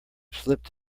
slipped